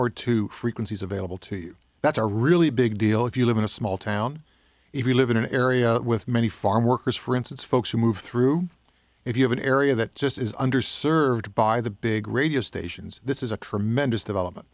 or two frequencies available to you that's a really big deal if you live in a small town if you live in an area with many farm workers for instance folks who move through if you have an area that just is under served by the big radio stations this is a tremendous development